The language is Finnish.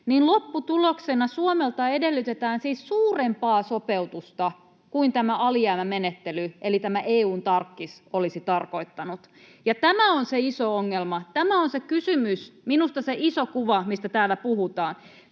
niin lopputuloksena Suomelta edellytetään siis suurempaa sopeutusta kuin tämä alijäämämenettely, eli tämä EU:n tarkkis, olisi tarkoittanut. Ja tämä on minusta se iso ongelma, tämä on se kysymys, se iso kuva, mistä täällä puhutaan.